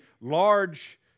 large